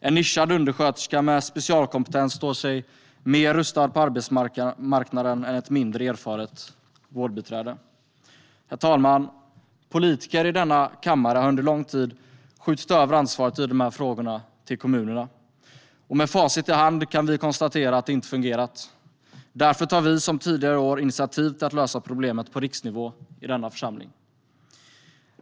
En nischad undersköterska med specialkompetens står bättre rustad på arbetsmarknaden än ett mindre erfaret vårdbiträde. Herr talman! Politiker i denna kammare har under lång tid skjutit över ansvaret för dessa frågor till kommunerna, och med facit i hand kan vi konstatera att det inte fungerat. Därför tar vi, som tidigare år, initiativ till att lösa problemet på riksnivå i denna församling.